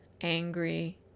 angry